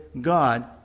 God